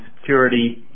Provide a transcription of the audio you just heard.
security